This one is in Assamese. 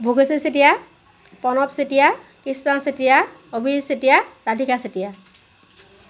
ভোগেশ্বৰ চেতিয়া প্ৰণৱ চেতিয়া কৃষ্ণ চেতিয়া অভিজিত চেতিয়া ৰাধিকা চেতিয়া